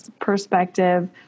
perspective